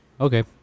Okay